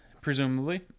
presumably